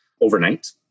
overnight